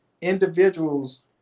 individuals